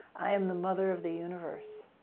i am the mother of the universe.